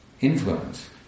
influence